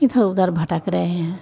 इधर उधर भटक रहे हैं